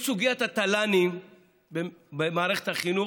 יש את סוגיית התל"נים במערכת החינוך,